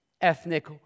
ethnic